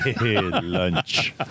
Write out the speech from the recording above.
Lunch